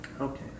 Okay